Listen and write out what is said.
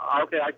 Okay